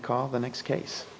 call the next case